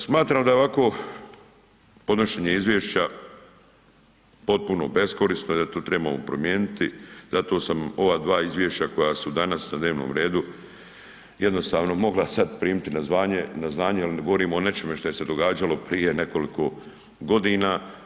Smatram da je ovako podnošenje izvješća potpuno beskorisno i da to trebamo promijeniti, zato sam ova dva izvješća koja su danas na dnevnom redu jednostavno mogla sad primiti na znanje jer govorimo o nečemu što je se događalo prije nekoliko godina.